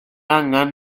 angen